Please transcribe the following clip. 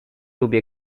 lubię